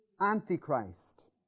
Antichrist